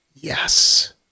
Yes